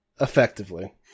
Effectively